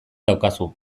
daukazu